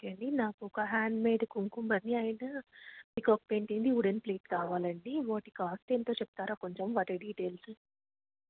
okay అండి నాకు ఒక హ్యాండ్మేడ్ కుంకుం భరణి అయిన పీకాక్ పెయింటింగ్ది ఉడన్ ప్లేట్ కావాలండి వాటి కాస్ట్ ఎంతో చెప్తారా కొంచెం వాటి డీటైల్స్